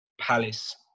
Palace